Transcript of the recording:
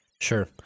Sure